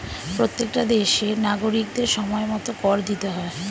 প্রত্যেকটা দেশের নাগরিকদের সময়মতো কর দিতে হয়